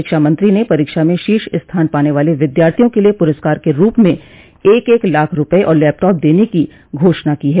शिक्षा मंत्री ने परीक्षा में शीर्ष स्थान पाने वाले विद्यार्थियों के लिए प्रस्कार के रूप में एक एक लाख रुपये और लैपटॉप देने की घोषणा की है